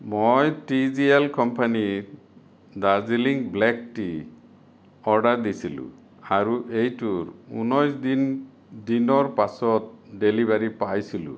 মই T G L কম্পেনিত Darjeeling black tea order দিছিলোঁ আৰু এইটোৰ ঊনৈশ দিন দিনৰ পাছত ডেলিভাৰী পাইছিলোঁ